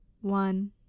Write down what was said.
one